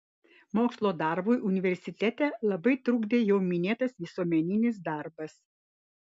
mokslo darbui universitete labai trukdė jau minėtas visuomeninis darbas